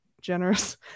generous